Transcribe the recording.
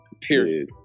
Period